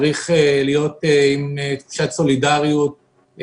צריך להיות עם קצת סולידרית,